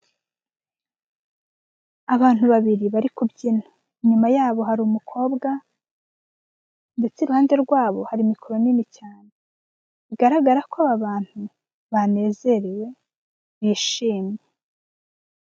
Abantu babiri bari kubyina. Inyuma yabo hari umukobwa, ndetse iruhande rwabo hari mikoro nini cyane. Bigaragara ko aba bantu banezerewe, bishimye.